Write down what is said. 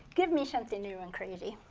give me something new and crazy.